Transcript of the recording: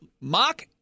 Mock